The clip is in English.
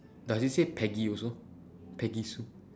does it say peggy also peggy sue